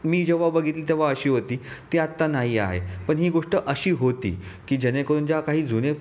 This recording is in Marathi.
मी जेव्हा बघितली तेव्हा अशी होती ती आत्ता नाही आहे पण ही गोष्ट अशी होती की जेणेकरून ज्या काही जुने